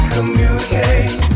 Communicate